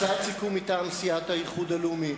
הצעת סיכום מטעם האיחוד הלאומי: